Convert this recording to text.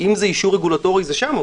אם זה אישור רגולטורי, זה שם.